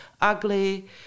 ugly